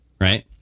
right